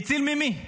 הציל ממי?